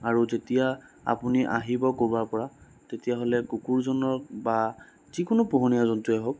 আৰু যেতিয়া আপুনি আহিব কৰবাৰ পৰা তেতিয়াহ'লে কুকুৰজনক বা যিকোনো পোহনীয়া জন্তুৱে হওক